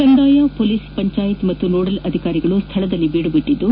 ಕಂದಾಯ ಪೊಲೀಸ್ ಪಂಚಾಯತ್ ಪಾಗೂ ನೋಡಲ್ ಅಧಿಕಾರಿಗಳು ಸ್ಥಳದಲ್ಲಿ ಬೀಡುಬಿಟ್ಟದ್ದು